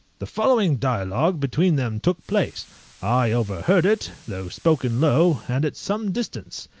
the following dialogue between them took place i overheard it, though spoken low, and at some distance.